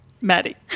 Maddie